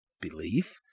belief